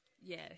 Yes